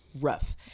rough